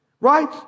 Right